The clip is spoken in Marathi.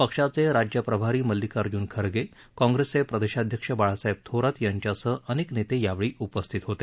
पक्षाचे राज्य प्रभारी मल्लिकार्ज्न खरगे काँग्रेसचे प्रदेशाध्यक्ष बाळासाहेब थोरात यांच्यासह अनेक नेते यावेळी उपस्थित होते